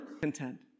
content